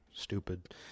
stupid